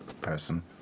person